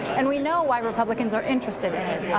and we know why republicans are interested in it.